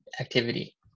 activity